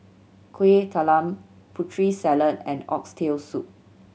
Kueh Talam Putri Salad and Oxtail Soup